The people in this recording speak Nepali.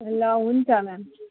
ल हुन्छ म्याम